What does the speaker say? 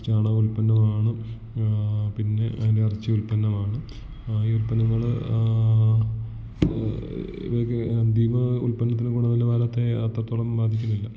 ചാണക ഉൽപ്പന്നമാണ് പിന്നെ അതിൻ്റെ ഇറച്ചി ഉൽപ്പന്നമാണ് ഈ ഉൽപന്നങ്ങൾ ഇവയൊക്കെ അന്തിമ ഉൽപ്പന്നത്തിന് കൂടുതൽ പാൽ അത്ര അത്രത്തോളം ബാധിക്കുന്നില്ല